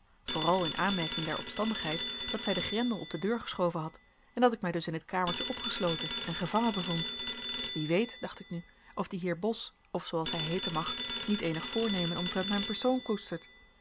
vooral in aanmerking der omstandigheid dat zij den grendel op de deur geschoven had en dat ik mij dus in het kamertje opgesloten en gevangen bevond wie weet dacht ik nu of die heer bos of zooals hij heeten mag niet eenig voornemen omtrent mijn persoon koestert